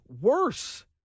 worse